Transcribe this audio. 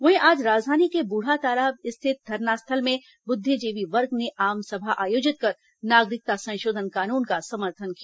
वहीं आज राजधानी के बूढ़ातालाब स्थित धरनास्थल में बुद्धिजीवी वर्ग ने आमसभा आयोजित कर नागरिकता संशोधन कानून का समर्थन किया